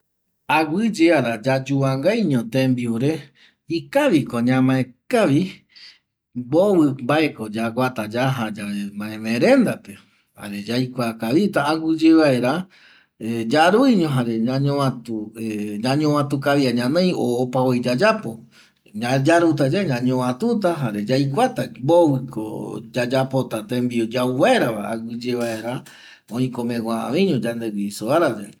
Aguƚyeara yayuvangaiño tembiure ikaviko ñamae mbovi vae ko yaguata yaja ye ñamaerenda pe, jare yaikuakavita aguiye vaera yaruiño jare ñañombati kavia ñanoi o opavoi yayapo, yaruta yae ñañombatita jare yaikuata mbovi ko yayapota tembiu yau mbaera aguiye mbaera oikomegua yandegui isobarayae